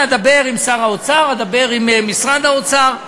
אדבר עם שר האוצר,